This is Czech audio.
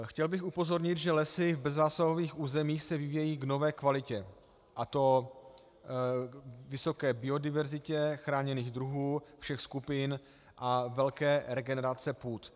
Chtěl bych upozornit, že lesy v bezzásahových územích se vyvíjejí v nové kvalitě, a to vysoké biodiverzitě chráněných druhů všech skupin a velké regenerace půd.